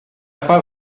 pas